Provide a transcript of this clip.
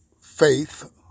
faith